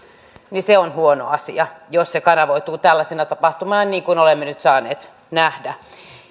on huono asia jos se kanavoituu tällaisena tapahtumana niin kuin olemme nyt saaneet nähdä